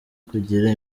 kugira